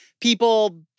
people